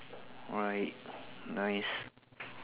right nice